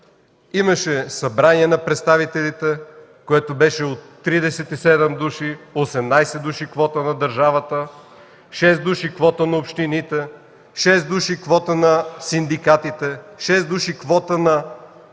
Имаше Събрание на представителите, което беше от 37 души - 18 души квота на държавата, 6 души квота на общините, 6 души квота на синдикатите, 6 души квота на